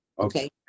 Okay